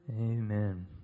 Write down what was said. Amen